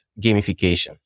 gamification